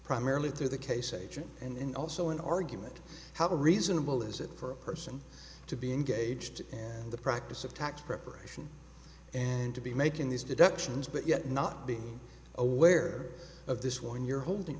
primarily through the case agent and also an argument how reasonable is it for a person to be engaged in the practice of tax preparation and to be making these deductions but yet not being aware of this when you're holding